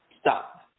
stop